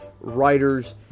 writers